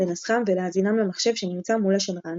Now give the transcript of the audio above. לנסחם ולהזינם למחשב שנמצא מול השדרן,